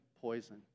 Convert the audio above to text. poison